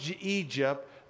Egypt